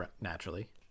Naturally